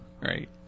Right